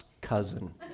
cousin